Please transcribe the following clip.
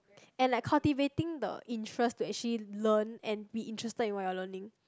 and like cultivating the interest to actually learn and be interested in what you're learning